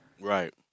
Right